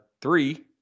Three